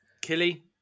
Killy